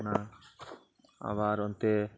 ᱚᱱᱟ ᱟᱵᱟᱨ ᱚᱱᱛᱮ